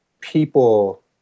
people